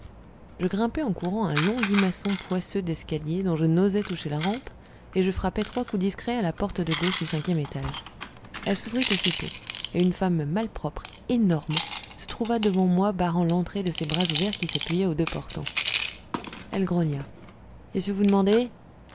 je grimpai en courant un long limaçon poisseux d'escalier dont je n'osais toucher la rampe et je frappai trois coups discrets à la porte de gauche du cinquième étage elle s'ouvrit aussitôt et une femme malpropre énorme se trouva devant moi barrant l'entrée de ses bras ouverts qui s'appuyaient aux deux portants elle grogna qu'est-ce que vous demandez